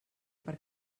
per